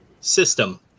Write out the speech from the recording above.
system